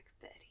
betty